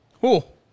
Cool